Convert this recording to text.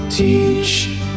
Teach